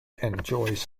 enjoys